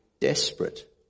desperate